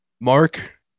Mark